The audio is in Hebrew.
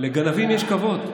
לגנבים יש כבוד.